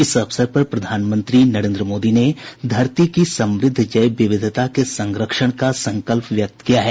इस अवसर पर प्रधानमंत्री नरेंद्र मोदी ने धरती की समृद्ध जैव विविधता के संरक्षण का संकल्प व्यक्त किया है